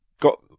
got